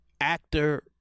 actor